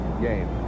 game